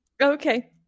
Okay